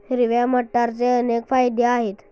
हिरव्या मटारचे अनेक फायदे आहेत